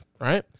Right